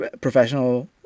professional